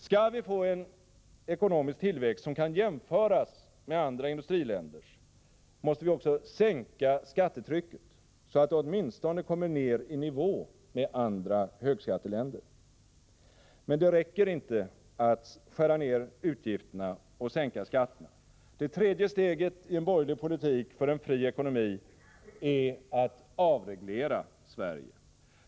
Skall vi få en ekonomisk tillväxt som kan jämföras med andra industriländers måste vi också sänka skattetrycket, så att det åtminstone kommer ned i nivå med andra högskatteländer. Men det räcker inte att skära ned utgifterna och sänka skatterna. Det tredje steget i en borgerlig politik för en fri ekonomi är att avreglera Sverige.